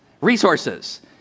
resources